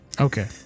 Okay